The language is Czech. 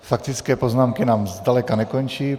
Faktické poznámky nám zdaleka nekončí.